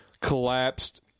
collapsed